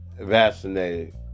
vaccinated